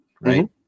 right